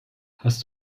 hast